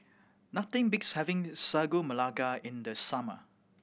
nothing beats having Sagu Melaka in the summer